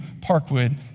Parkwood